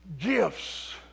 gifts